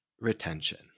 retention